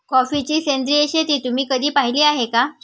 कॉफीची सेंद्रिय शेती तुम्ही कधी पाहिली आहे का?